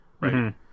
Right